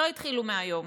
לא התחילו מהיום,